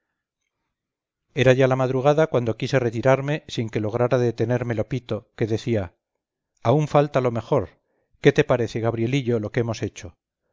era ya la madrugada cuando quise retirarme sin que lograra detenerme lopito que decía aún falta lo mejor qué te parece gabrielillo lo que hemos hecho